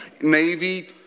Navy